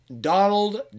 Donald